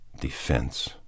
Defense